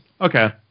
Okay